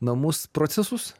namus procesus